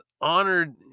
honored